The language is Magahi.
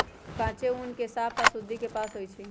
कांचे ऊन के साफ आऽ शुद्धि से पास होइ छइ